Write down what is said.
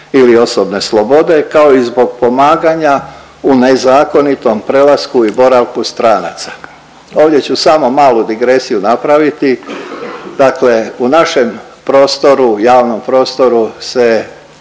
ili osobne slobode, kao i zbog pomaganja u nezakonitom prelasku i boravku stranaca. Ovdje ću samo malu digresiju napraviti, dakle u našem prostoru, javnom prostoru se